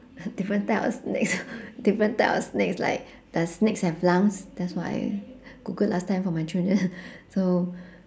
the different type of snakes different type of snakes like does snakes have lungs that's what I googled last time for my children so